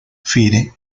fire